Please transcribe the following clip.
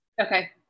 Okay